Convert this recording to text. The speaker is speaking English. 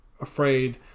afraid